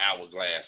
hourglass